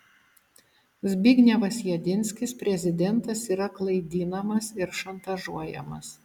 zbignevas jedinskis prezidentas yra klaidinamas ir šantažuojamas